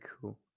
cool